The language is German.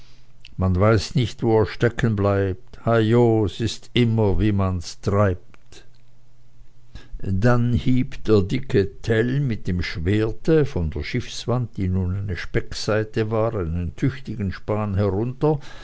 man weiß nicht wo er steckenbleibt heio s ist immer wie man's treibt dann hieb der dicke tell mit dem schwerte von der schiffswand die nun eine speckseite war einen tüchtigen span herunter